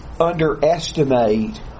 underestimate